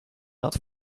not